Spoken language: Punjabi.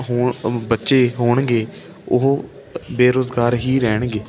ਹੁਣ ਬੱਚੇ ਹੋਣਗੇ ਉਹ ਬੇਰੁਜ਼ਗਾਰ ਹੀ ਰਹਿਣਗੇ